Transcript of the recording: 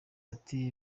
ati